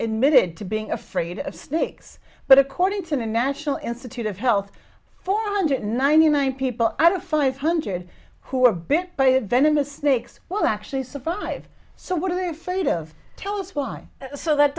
emitted to being afraid of snakes but according to the national institute of health four hundred ninety nine people out of five hundred who are bit by the venomous snakes well actually survive so what are they afraid of tell us why so that